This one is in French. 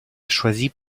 choisit